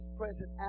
present